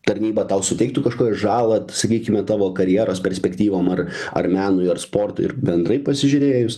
tarnyba tau suteiktų kažkokią žalą sakykime tavo karjeros perspektyvom ar ar menui ar sportui ir bendrai pasižiūrėjus